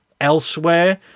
elsewhere